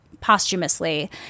posthumously